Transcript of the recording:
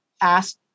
ask